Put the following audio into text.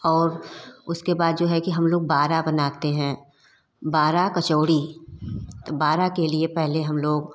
और उसके बाद जो है कि हम लोग बारा बनाते हैं बारा कचौरी तो बारा के लिए पहले हम लोग